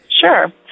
Sure